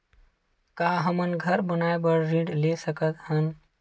का हमन घर बनाए बार ऋण ले सकत हन?